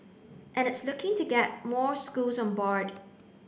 and it's looking to get more schools on board